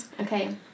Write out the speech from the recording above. Okay